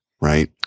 right